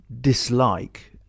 dislike